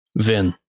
Vin